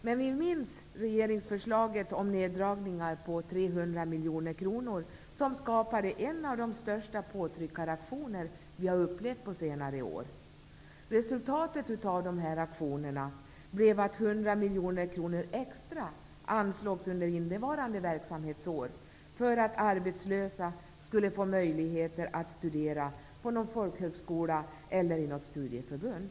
Men vi minns regeringsförslaget om neddragningar på 300 miljoner kronor som skapade en av de största påtryckaraktioner vi har upplevt på senare år. Resultatet av dessa aktioner blev att 100 miljoner kronor extra anslogs under innevarande verksamhetsår för att arbetslösa skulle få möjligheter att studera på en folkhögskola eller i ett studieförbund.